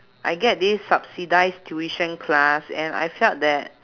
I get this subsidized tuition class and I felt that